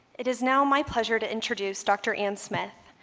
it is now my pleasure to introduce dr. anne smith.